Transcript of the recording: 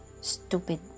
Stupid